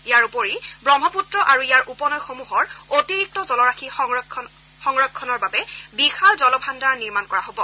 ইয়াৰ উপৰি ৱহ্মপুত্ৰ আৰু ইয়াৰ উপনৈসমূহৰ অতিৰিক্ত জলৰাশি সংৰক্ষণৰ বাবে বিশাল জলভাণ্ডাৰ নিৰ্মাণ কৰা হ'ব